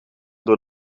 door